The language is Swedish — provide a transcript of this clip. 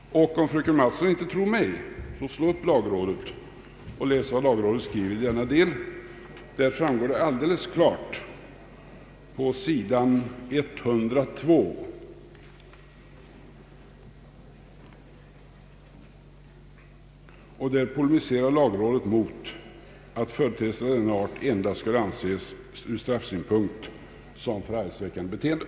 Om fröken Mattson inte tror mig, så slå upp vad lagrådet skriver i denna del, På sidan 102 polemiserar lagrådet mot att företeelser av denna art ur straffsynpunkt endast anses som förargelseväckande beteende.